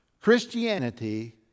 Christianity